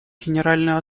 генеральную